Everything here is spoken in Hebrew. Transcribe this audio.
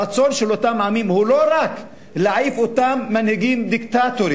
הרצון של אותם עמים הוא לא רק להעיף את אותם מנהיגים דיקטטורים.